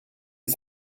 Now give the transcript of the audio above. les